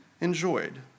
enjoyed